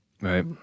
Right